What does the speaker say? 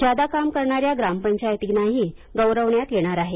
जादा काम करणाऱ्या ग्रामपंचायतीनांही गौरवण्यात येणार आहे